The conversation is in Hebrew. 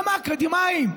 גם האקדמאים.